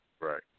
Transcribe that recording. Right